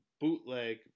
bootleg